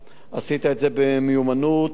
בצורה מעוררת,